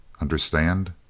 Understand